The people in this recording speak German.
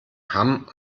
hamm